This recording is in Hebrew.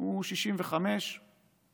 הוא 65 וצפונה.